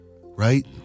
Right